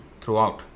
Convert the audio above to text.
throughout